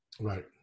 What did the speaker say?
Right